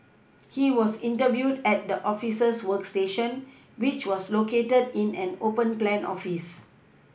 he was interviewed at the officers workstation which was located in an open plan office